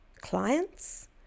clients